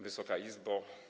Wysoka Izbo!